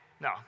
No